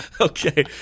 Okay